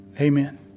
Amen